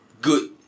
good